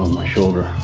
my shoulder.